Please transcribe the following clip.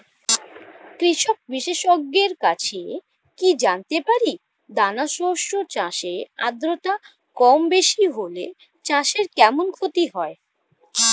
কৃষক বিশেষজ্ঞের কাছে কি জানতে পারি দানা শস্য চাষে আদ্রতা কমবেশি হলে চাষে কেমন ক্ষতি হয়?